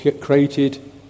created